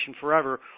forever